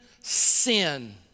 sin